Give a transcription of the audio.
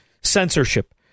censorship